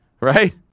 Right